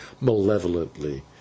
malevolently